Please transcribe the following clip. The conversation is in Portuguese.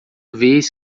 vez